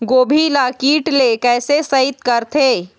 गोभी ल कीट ले कैसे सइत करथे?